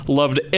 loved